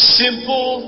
simple